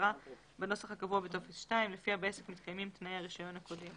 הצהרה בנוסח הקבוע בטופס 2 לפיה בעסק מתקיימים תנאי הרישיון הקודם.